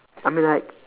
I mean like